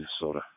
Minnesota